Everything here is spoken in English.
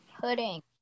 pudding